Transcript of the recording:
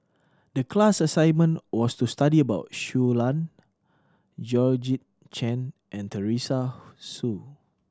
the class assignment was to study about Shui Lan Georgette Chen and Teresa Hsu